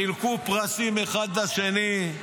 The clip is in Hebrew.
חילקו פרסים אחד לשני,